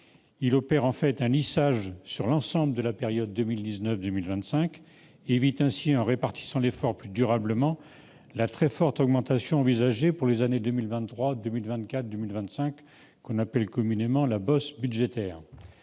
opère un lissage sur l'ensemble de la période 2019-2025 et évite, en répartissant l'effort plus durablement, la très forte augmentation envisagée pour les années 2023, 2024 et 2025, que l'on appelle communément la « bosse budgétaire